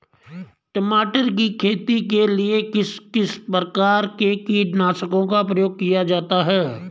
टमाटर की खेती के लिए किस किस प्रकार के कीटनाशकों का प्रयोग किया जाता है?